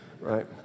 right